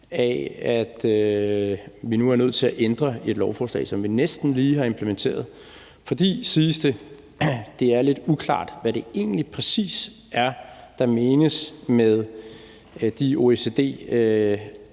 af, at vi nu er nødt til at ændre et lovforslag, som vi næsten lige har implementeret, fordi – siges det – det er lidt uklart, hvad der egentlig præcis menes med de